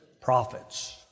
prophets